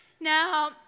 Now